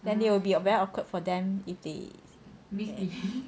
then it will be a very awkward for them if they